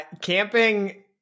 Camping